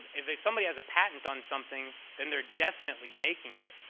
if somebody has patent on something, then they're definitely making it,